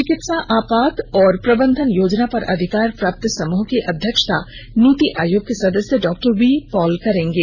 चिकित्सा आपात और प्रबंधन योजना पर अधिकार प्राप्त समूह की अध्यक्षता नीति आयोग के सदस्य डॉक्टर वी पॉल करेंगे